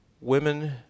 Women